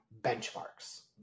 benchmarks